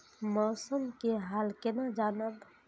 मौसम के हाल केना जानब?